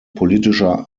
politischer